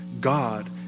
God